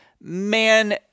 Man